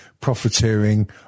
profiteering